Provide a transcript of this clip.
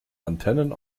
antennen